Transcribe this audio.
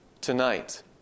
tonight